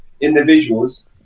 individuals